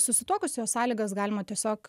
susituokus jos sąlygas galima tiesiog